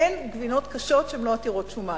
אין גבינות קשות שהן לא עתירות שומן.